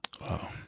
Wow